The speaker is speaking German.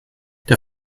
der